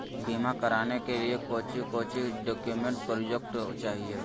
बीमा कराने के लिए कोच्चि कोच्चि डॉक्यूमेंट प्रोजेक्ट चाहिए?